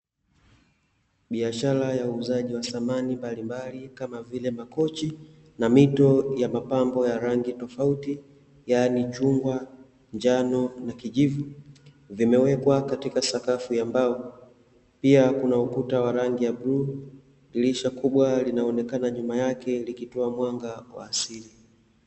Biashara ya uuzaji wa samani mbalimbali kama vile makochi na mito ya mapambo ya rangi tofauti yaani chungwa, njano, na kijivu, vimewekwa katika sakafu ya mbao pia kuna ukuta wa rangi ya buluu, dirisha kubwa linaonekana nyuma yake likitoa mwanga wa asili.